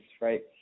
right